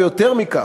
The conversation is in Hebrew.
ויותר מכך,